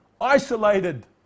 isolated